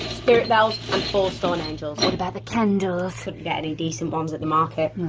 spirit bells, and four stone angels. what about the candles? couldn't get any decent ones at the market.